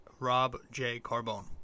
RobJCarbone